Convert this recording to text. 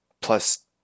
plus